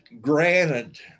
granted